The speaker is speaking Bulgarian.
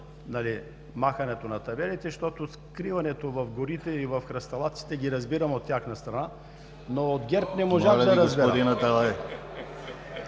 махането на табелите, защото скриването в горите и в храсталаците го разбирам от тяхна страна, но от ГЕРБ не можах да разбера…